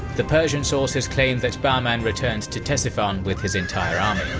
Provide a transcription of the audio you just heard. the persian sources claim that bahman returned to to ctesiphon with his entire army.